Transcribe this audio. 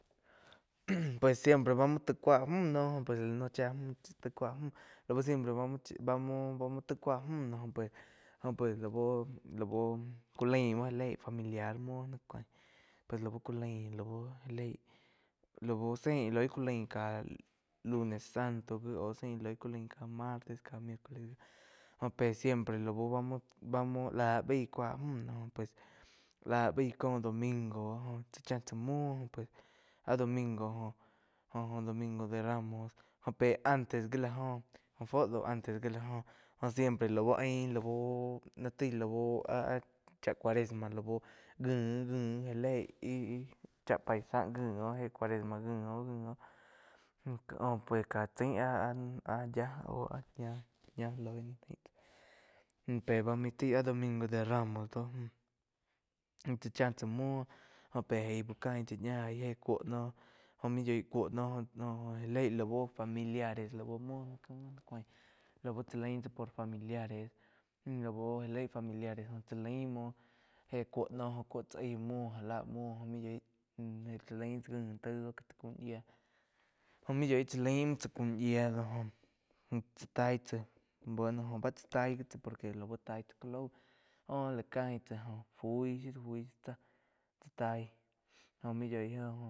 Pues siempre bá mu tai kúa müh noh pues la noh chía müh cha tai kúa müh lau siempre bá mu-bá mu bá muo taig cúa müh jó pues lá bú- lá bú ku maim múo já léi familiar múo náh cúain pues laú ku láin laujá léi láu seí íh lói ku kain ká lunes santo gi au séi íh loi ku lain ká martes ká miércoles jó pé siempre lau bá múo bá muo lá baíg kúa mü pues láh baí có domingo jo tsá chá tsá múp jó pues áh domingo jóh, joh domingo de ramos joh pe antes gi la óh, óh fuo dau antes wi la óh óh siempre laú ain laú ná taí lau áh-áh chá cuaresma lau ngi. Ngi já léi íh-íh cha paisa ngi óh héh cuaresma ngi oh-ngi oh jo pues ká chain áh-áh yía au áh ña-ña loi ná jain tsa müh pe mai tai áh domingo de ramos do. Joh chá cháh tsá múo jo pé eig úh kain tsá yaí héh cúo noh jóh mu yoi cúo noh já eí lau familiares lau múo ná ko náh cúain. Lau tsá lain tsá por familiares laú já lei familiares jó tsá lain muo éh cúo no jhó cúo tsá aih múo já láh muo jó múo yoi tsá lain tsá ngi taí óh ká ta cúo yía jó múo yoí tsá lain muo tsá cuo yía do joh chá tai tsá bueno oh bá tsa tai tsá ji por que lau tai ti ká lau jó lá caíg tsá joh fui, fui tsá chá tai joh múh yoi joh oh.